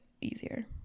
easier